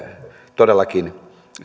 todellakin